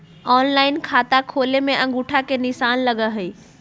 Online खाता खोले में अंगूठा के निशान लगहई?